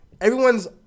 Everyone's